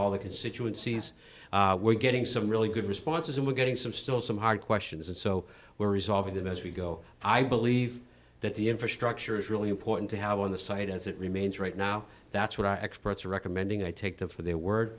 all the constituency is we're getting some really good responses and we're getting some still some hard questions and so we're resolving them as we go i believe that the infrastructure is really important to have on the site as it remains right now that's what our experts are recommending i take them for their word